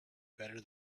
better